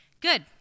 good